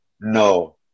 no